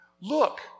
Look